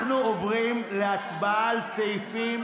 אנחנו עוברים להצבעה על סעיפים